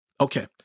okay